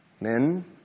men